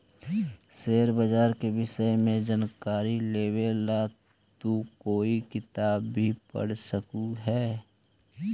share बाजार के विष्य में जानकारी लेवे ला तू कोई किताब भी पढ़ सकलू हे